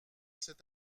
cet